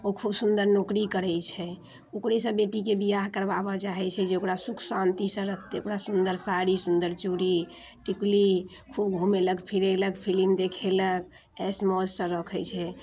ओ खूब सुन्दर नौकरी करै छै ओकरेसँ बेटीके बियाह करबाबऽ चाहै छै जे ओकरा सुख शान्तिसँ रखतै ओकरा सुन्दर साड़ी सुन्दर चूड़ी टिकुली खूब घुमेलक फिरेलक फिल्म देखेलक एश मौजसँ रखै छै